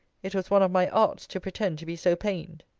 it was one of my arts to pretend to be so pained.